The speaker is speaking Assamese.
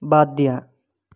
বাদ দিয়া